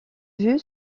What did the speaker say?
vue